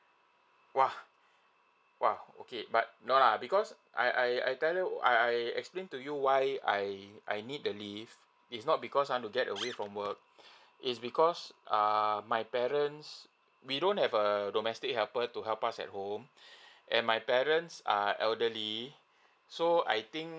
!wah! !wow! okay but no lah because I I I tell her I I explain to you why I I need the leave it's not because I want to get away from work it's because err my parents we don't have err domestic helper to help us at home and my parents are elderly so I think